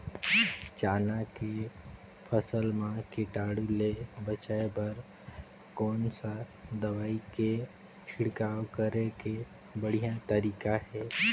चाना के फसल मा कीटाणु ले बचाय बर कोन सा दवाई के छिड़काव करे के बढ़िया तरीका हे?